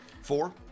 Four